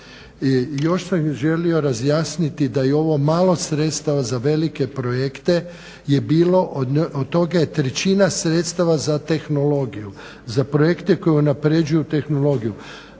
još sam želio razjasniti da i ovo malo sredstava za velike projekte je bilo, od toga je trećina sredstava za tehnologiju, za projekte koji unaprjeđuju tehnologiju.